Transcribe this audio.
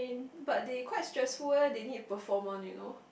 but they quite stressful leh they need perform one you know